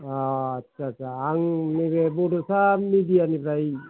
आतसा आतसा आं नैबे बद'सा मेडियानिफ्राय